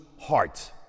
heart